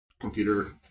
computer